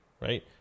Right